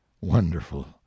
Wonderful